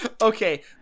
Okay